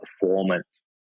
performance